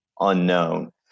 unknown